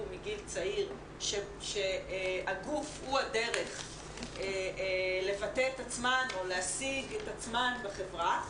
מגיל צעיר שהגוף הוא הדרך לבטא את עצמן או להציג את עצמן בחברה,